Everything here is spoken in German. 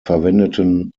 verwendeten